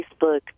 Facebook